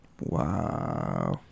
Wow